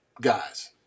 guys